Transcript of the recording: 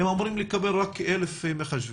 הם אמורים לקבל רק כ-1,000 מחשבים.